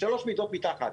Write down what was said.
3 מידות מתחת.